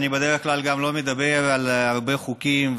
אני בדרך כלל גם לא מדבר על הרבה חוקים,